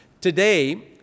Today